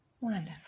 Wonderful